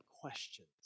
questions